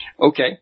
Okay